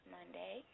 Monday